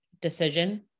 decision